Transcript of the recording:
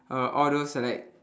uh all those like